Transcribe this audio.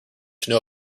should